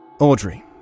Audrey